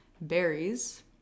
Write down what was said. Berries